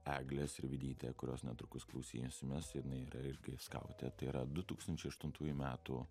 eglė sirvydytė kurios netrukus klausysimės jinai yra irgi skautė tai yra du tūkstančiai aštuntųjų metų